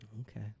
Okay